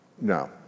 No